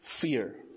fear